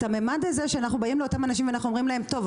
את הממד הזה שאנחנו באים לאותם אנשים ואנחנו אומרים להם: טוב,